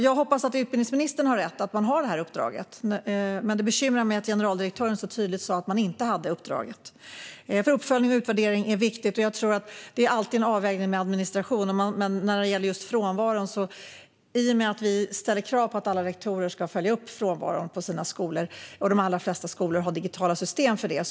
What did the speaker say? Jag hoppas att utbildningsministern har rätt och att man har detta uppdrag. Men det bekymrar mig att generaldirektören så tydligt sa att man inte har det. Uppföljning och utvärdering är viktigt, och det är alltid en avvägning när det gäller administration. När det gäller frånvaro ställer vi krav på att alla rektorer ska följa upp den på sina skolor, och de allra flesta skolor har digitala system för detta.